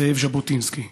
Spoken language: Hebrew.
זאב ז'בוטינסקי.